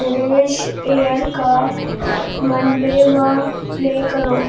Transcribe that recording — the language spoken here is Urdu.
نریش ایئر کا پلے کرو